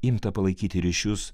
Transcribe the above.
imta palaikyti ryšius